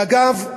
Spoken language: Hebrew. ואגב,